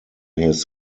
his